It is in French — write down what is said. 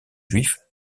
juif